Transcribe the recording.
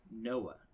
Noah